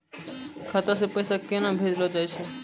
खाता से पैसा केना भेजलो जाय छै?